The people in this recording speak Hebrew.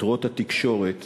הכותרות בתקשורת